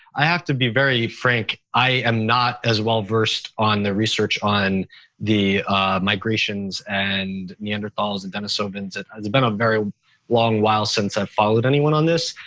i have to be very frank. i am not as well versed on the research on the migrations and neanderthals and denisovans. it's been a very long while since i've followed anyone on this.